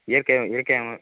இயற்கையாக இயற்கையாகவும்